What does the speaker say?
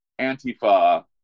Antifa